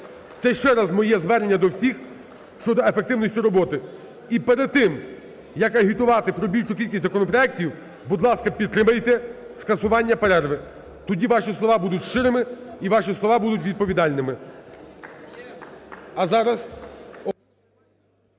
Це ще раз моє звернення до всіх щодо ефективності роботи. І перед тим, як агітувати про більшу кількість законопроектів, будь ласка, підтримайте скасування перерви, тоді ваші слова будуть щирими і ваші слова